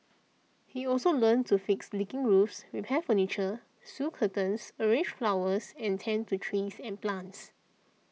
he also learnt to fix leaking roofs repair furniture sew curtains arrange flowers and tend to trees and plants